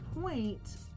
point